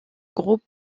groupe